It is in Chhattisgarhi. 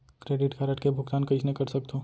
क्रेडिट कारड के भुगतान कइसने कर सकथो?